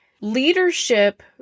leadership